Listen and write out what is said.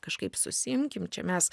kažkaip susiimkim čia mes